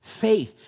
Faith